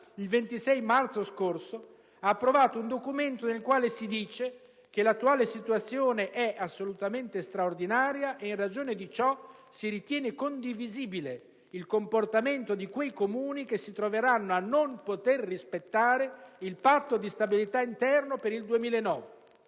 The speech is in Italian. il 26 marzo scorso, ha approvato un documento nel quale si dice che l'attuale situazione è assolutamente straordinaria e, in ragione di ciò, si ritiene condivisibile il comportamento di quei Comuni che si troveranno a non poter rispettare il Patto di stabilità interno per il 2009.